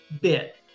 bit